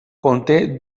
conté